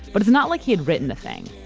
but it's not like he had written the thing.